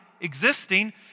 existing